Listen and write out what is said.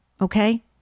Okay